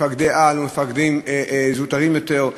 מפקדי-על ומפקדים זוטרים יותר,